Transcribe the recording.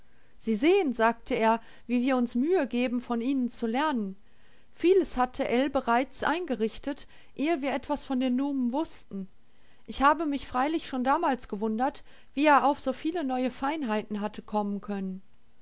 sie sehen sagte er wie wir uns mühe geben von ihnen zu lernen vieles hatte ell bereits eingerichtet ehe wir etwas von den numen wußten ich habe mich freilich schon damals gewundert wie er auf so viele neue feinheiten hatte kommen können